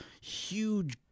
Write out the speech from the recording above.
huge